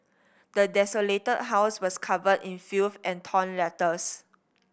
the desolated house was covered in filth and torn letters